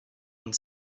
one